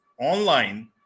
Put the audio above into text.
online